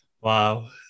Wow